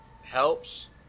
helps